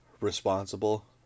responsible